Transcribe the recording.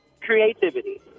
creativity